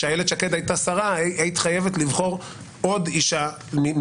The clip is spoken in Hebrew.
כשאיילת שקד הייתה שרה היית חייבת לבחור עוד אישה.